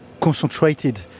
Concentrated